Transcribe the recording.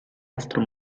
altro